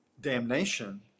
damnation